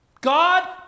God